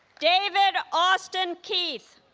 david austin keith